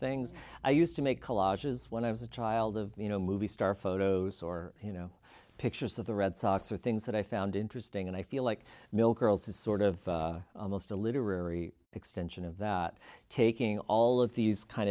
things i used to make collages when i was a child of you know movie star photos or you know pictures of the red sox or things that i found interesting and i feel like milk girls is sort of almost a literary extension of that taking all of these kind